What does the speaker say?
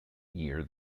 year